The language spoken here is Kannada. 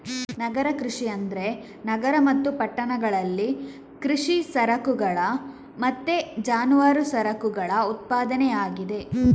ನಗರ ಕೃಷಿ ಅಂದ್ರೆ ನಗರ ಮತ್ತು ಪಟ್ಟಣಗಳಲ್ಲಿ ಕೃಷಿ ಸರಕುಗಳ ಮತ್ತೆ ಜಾನುವಾರು ಸರಕುಗಳ ಉತ್ಪಾದನೆ ಆಗಿದೆ